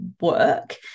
work